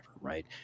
right